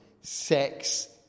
sex